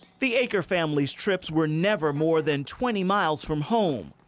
the acker family's trips were never more than twenty miles from home.